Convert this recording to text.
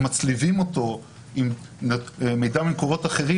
אם מצליבים אותו עם מידע ממקורות אחרים